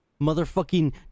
motherfucking